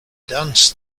dance